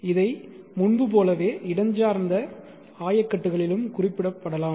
இதை முன்பு போலவே இடஞ்சார்ந்த ஆயக்கட்டுகளிலும் குறிப்பிடப்படலாம்